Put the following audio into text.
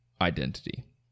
identity